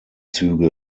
züge